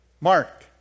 Mark